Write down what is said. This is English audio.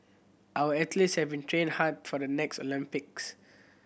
our athletes have been trained hard for the next Olympics